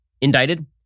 indicted